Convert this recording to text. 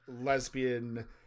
lesbian